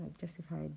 justified